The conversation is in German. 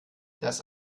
das